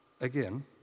Again